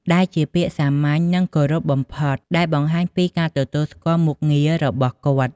ដែលជាពាក្យ សាមញ្ញ និង គោរពបំផុត ដែលបង្ហាញពីការទទួលស្គាល់មុខងាររបស់គាត់។